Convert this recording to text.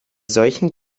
solchen